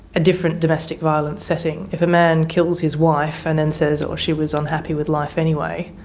a different domestic violence setting, if a man kills his wife and then says, oh she was unhappy with life anyway